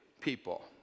people